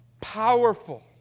powerful